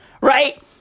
Right